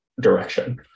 direction